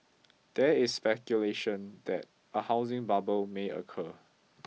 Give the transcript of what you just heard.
there is speculation that a housing bubble may occur